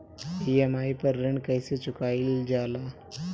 EMI पर ऋण कईसे चुकाईल जाला?